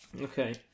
Okay